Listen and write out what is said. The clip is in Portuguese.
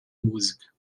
música